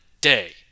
day